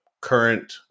current